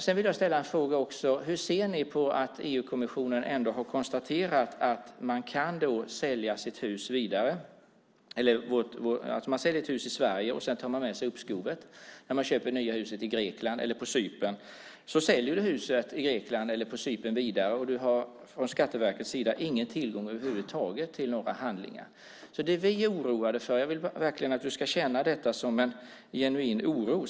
Jag vill ställa en annan fråga: Hur ser ni på det som EU-kommissionen ändå har konstaterat? Om man säljer ett hus i Sverige och sedan tar med sig uppskovet när man köper det nya huset i Grekland eller på Cypern så kan man sälja huset vidare, och Skatteverket har ingen tillgång över huvud taget till några handlingar. Jag vill verkligen att du ska veta att detta är en genuin oro.